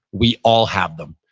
we all have them.